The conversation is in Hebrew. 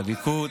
והליכוד,